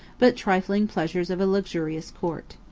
but trifling, pleasures of a luxurious court.